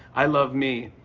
i love me,